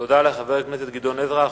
תודה לחבר הכנסת גדעון עזרא.